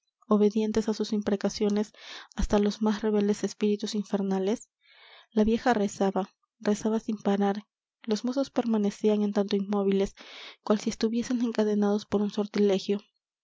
obedientes á sus imprecaciones hasta á los más rebeldes espíritus infernales la vieja rezaba rezaba sin parar los mozos permanecían en tanto inmóviles cual si estuviesen encadenados por un sortilegio